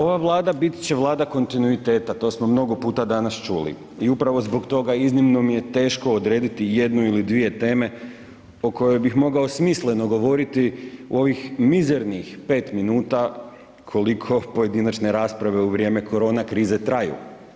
Ova vlada bit će vlada kontinuiteta, to smo mnogo puta danas čuli i upravo zbog toga iznimno mi je teško odrediti jednu ili dvije teme o kojoj bih mogao smisleno govoriti u ovih mizernih 5 minuta koliko pojedinačne rasprave u vrijeme koronakrize traju.